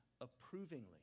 approvingly